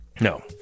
No